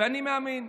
אני מאמין,